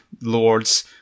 lords